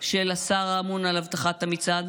של השר האמון על אבטחת המצעד,